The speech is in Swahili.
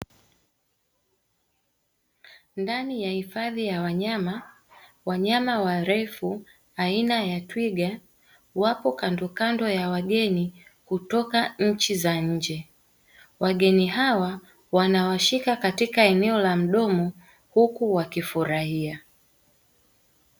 Ndani ya hifadhi ya wanyama, wanyama warefu aina ya twiga wapo kandokando ya wageni kutoka nchi za nje, wageni hawa wanawashika katika eneo la mdomo huku wakifurahia.